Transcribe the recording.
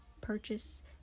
purchase